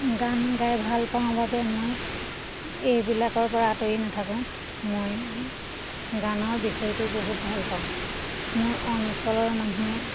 গান গাই ভাল পাওঁ বাবে মই এইবিলাকৰ পৰা আঁতৰি নাথাকোঁ মই গানৰ বিষয়টো বহুত ভাল পাওঁ মোৰ অঞ্চলৰ মানুহে